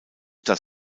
das